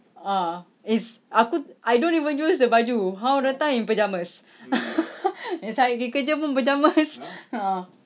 ah is aku I don't even use the baju half of the time in pyjamas macam I pergi kerja pun pyjamas ha